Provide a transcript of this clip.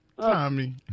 Tommy